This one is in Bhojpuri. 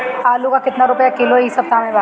आलू का कितना रुपया किलो इह सपतह में बा?